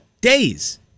Days